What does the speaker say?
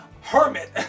hermit